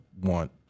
want